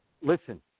listen